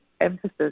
emphasis